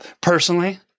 personally